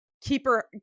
keeper